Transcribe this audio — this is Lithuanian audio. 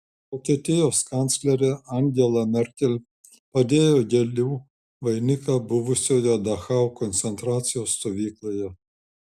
vokietijos kanclerė angela merkel padėjo gėlių vainiką buvusioje dachau koncentracijos stovykloje